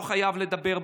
בן אדם לא חייב לדבר,